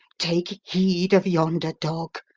take heed of yonder dog!